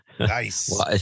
Nice